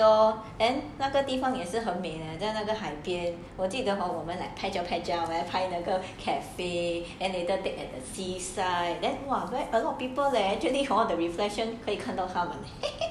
对咯那个地方也是很美 leh 在那个海边我记得 hor 我们 like 那边拍照拍照拍那个 cafe and later take at the seaside then !wah! a lot of people leh actually hor the reflection 可以看到他们 leh